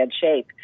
shape